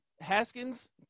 Haskins –